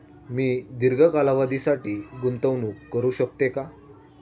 मी दीर्घ कालावधीसाठी गुंतवणूक करू शकते का?